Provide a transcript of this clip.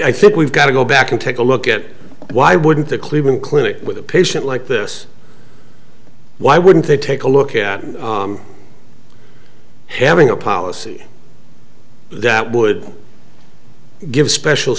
i think we've got to go back and take a look at it why wouldn't the cleveland clinic with a patient like this why wouldn't they take a look at having a policy that would give special